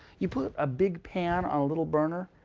you put a big pan on a little burner,